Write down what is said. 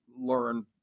learn